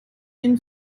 une